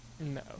No